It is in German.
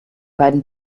beiden